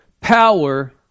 power